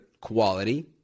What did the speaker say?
quality